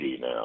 now